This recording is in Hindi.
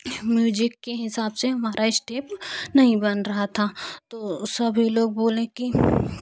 म्यूजिक के हिसाब से हमारा स्टेप नहीं बन रहा था तो सभी लोग बोले कि